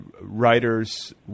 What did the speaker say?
writers